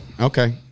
Okay